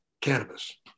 cannabis